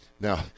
Now